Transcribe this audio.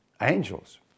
angels